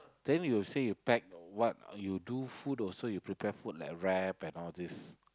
then we'll say you pack what you do food also you prepare food like wrap and all these